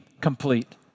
complete